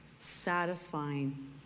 satisfying